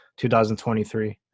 2023